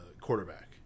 quarterback